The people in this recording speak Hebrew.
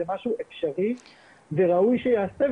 זה משהו שהוא אפשרי וראוי שייעשה,